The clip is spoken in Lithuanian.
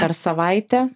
per savaitę